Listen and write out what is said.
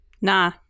Nah